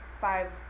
five